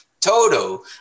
Toto